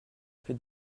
fête